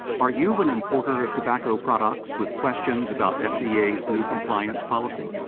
are you an importer of tobacco products with questions about fda's new compliance policy?